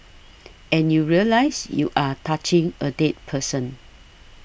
and you realise you are touching a dead person